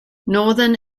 northern